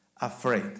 Afraid